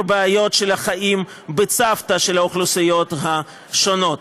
בעיות של החיים בצוותא של האוכלוסיות השונות.